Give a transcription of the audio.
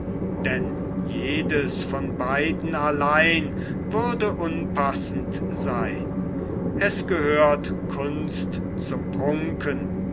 denn jedes von beiden allein würde unpassend seyn es gehört kunst zum prunken